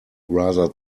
rather